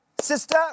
Sister